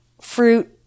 fruit